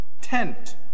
tent